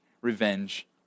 revenge